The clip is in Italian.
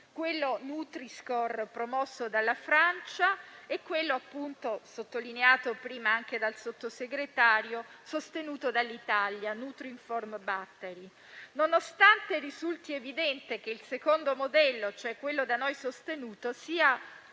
quello nutri-score, promosso dalla Francia, e quello, sottolineato prima anche dal Sottosegretario, sostenuto dall'Italia, cioè il nutrinform battery. Nonostante risulti evidente che il secondo modello, quello da noi sostenuto, sia